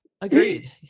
Agreed